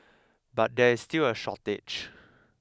but there is still a shortage